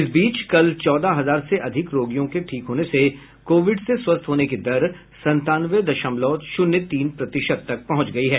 इस बीच कल चौदह हजार से अधिक रोगियों के ठीक होने से कोविड से स्वस्थ होने की दर संतानवे दशमलव शून्य तीन प्रतिशत तक पहुंच गई है